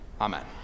Amen